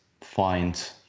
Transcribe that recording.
find